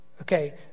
Okay